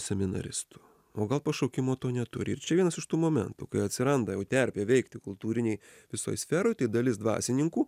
seminaristu o gal pašaukimo to neturi ir čia vienas iš tų momentų kai atsiranda jau terpė veikti kultūrinėj visoj sferoj tai dalis dvasininkų